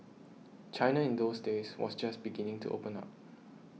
China in those days was just beginning to open up